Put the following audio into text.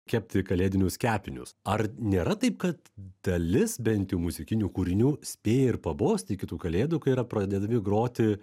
kepti kalėdinius kepinius ar nėra taip kad dalis bent jau muzikinių kūrinių spėja ir pabosti iki tų kalėdų kai yra pradedami groti